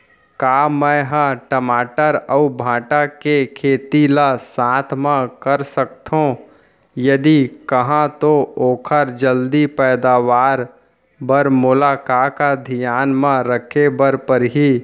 का मै ह टमाटर अऊ भांटा के खेती ला साथ मा कर सकथो, यदि कहाँ तो ओखर जलदी पैदावार बर मोला का का धियान मा रखे बर परही?